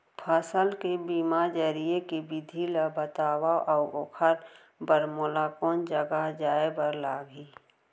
फसल के बीमा जरिए के विधि ला बतावव अऊ ओखर बर मोला कोन जगह जाए बर लागही?